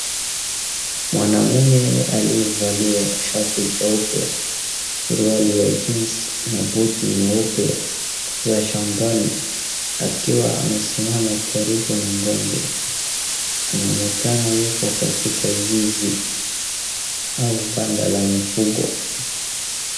Mwanaume aliyevalia shati jeupe. suruali ya jeans na buti nyeupe za shambani akiwa amesimama karibu na ng'ombe. Anaonekana yuko katika zizi au banda la mifugo.